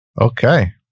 Okay